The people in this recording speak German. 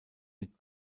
mit